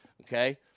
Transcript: okay